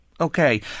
Okay